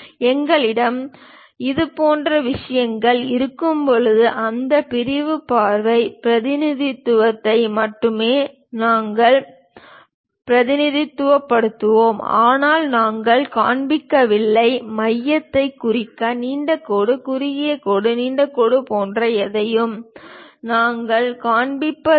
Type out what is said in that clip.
எங்களிடம் இதுபோன்ற விஷயங்கள் இருக்கும்போது அந்த பிரிவு பார்வை பிரதிநிதித்துவத்தை மட்டுமே நாங்கள் பிரதிநிதித்துவப்படுத்துவோம் ஆனால் நாங்கள் காண்பிக்கவில்லை மையத்தை குறிக்க நீண்ட கோடு குறுகிய கோடு நீண்ட கோடு போன்ற எதையும் நாங்கள் காண்பிப்பதில்லை